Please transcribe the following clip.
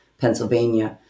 Pennsylvania